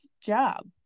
job